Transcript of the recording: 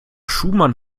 schumann